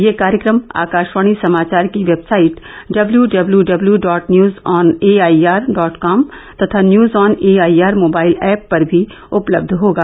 यह कार्यक्रम आकाशवाणी समाचार की वेबसाइट इस्प्रे W W dot news on A I R dot com तथा news on A I R mobile app पर भी उपलब्य होगा